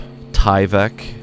Tyvek